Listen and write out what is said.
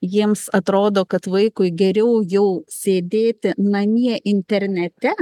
jiems atrodo kad vaikui geriau jau sėdėti namie internete